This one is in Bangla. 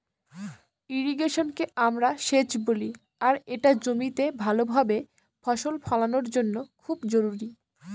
ইর্রিগেশনকে আমরা সেচ বলি আর এটা জমিতে ভাল ভাবে ফসল ফলানোর জন্য খুব জরুরি